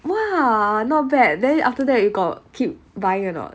!wah! not bad then after that you got keep buying or not